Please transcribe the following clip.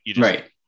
Right